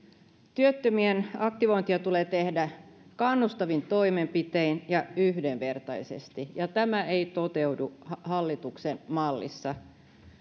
työttömien aktivointia tulee tehdä kannustavin toimenpitein ja yhdenvertaisesti ja tämä ei toteudu hallituksen mallissa